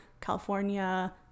California